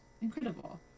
incredible